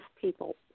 people